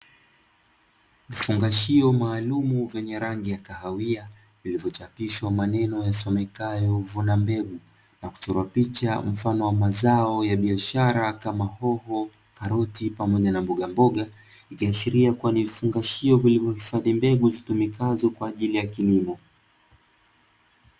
Vifungashio maalumu vyenye rangi ya kahawia vilivyochapishwa maneno yasomekayo "vuna mbegu" na kuchorwa picha mfano wa mazao ya biashara kama hoho, karoti pamoja na mbogamboga. Ikiashiria kuwa ni vifungashio vilivyo hifadhi mbegu zitumikazo kwa ajili ya kilimo.